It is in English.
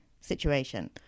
situation